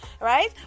right